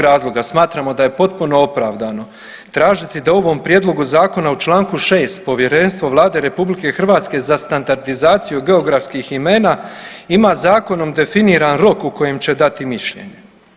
Iz tog razloga smatramo da je potpuno opravdano tražiti da u ovom prijedlogu zakona u Članku 6. povjerenstvo Vlade RH za standardizaciju geografskih imena ima zakonom definiran rok u kojem će dati mišljenje.